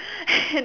and